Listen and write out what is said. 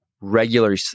regular